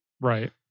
Right